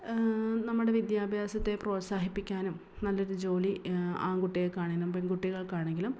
നമ്മുടെ വിദ്യാഭ്യസത്തെ പ്രോത്സാഹിപ്പിക്കാനും നല്ലൊരു ജോലി ആൺകുട്ടികൾക്കാണെങ്കിലും പെൺകുട്ടികൾക്കാണെങ്കിലും